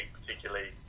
particularly